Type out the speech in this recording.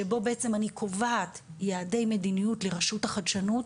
שבו בעצם אני קובעת יעדי מדיניות לרשות לחדשנות,